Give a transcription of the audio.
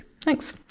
Thanks